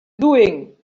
doing